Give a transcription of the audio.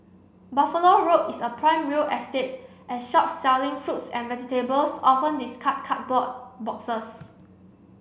Buffalo Road is a prime real estate as shops selling fruits and vegetables often discard cardboard boxes